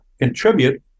contribute